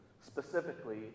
specifically